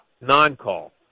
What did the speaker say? non-call